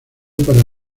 para